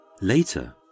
Later